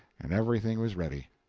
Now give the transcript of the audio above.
and everything was ready.